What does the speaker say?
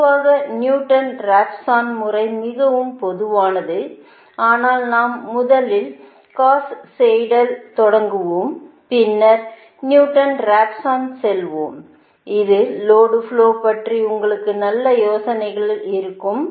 எனவே பொதுவாக Newton Raphson முறை மிகவும் பொதுவானது ஆனால் நாம் முதலில் காஸ் சீடலுடன் தொடங்குவோம் பின்னர் நியூட்டன் ராப்சனுக்குச் செல்வோம் இந்த லோடு ஃப்லோ பற்றி உங்களுக்கு நல்ல யோசனைகள் இருக்கும்